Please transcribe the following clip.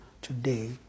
today